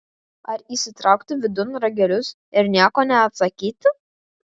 ar įsitraukti vidun ragelius ir nieko neatsakyti